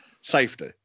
safety